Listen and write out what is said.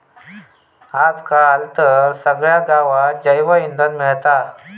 आज काल तर सगळ्या गावात जैवइंधन मिळता